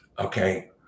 Okay